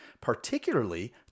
particularly